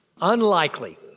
Unlikely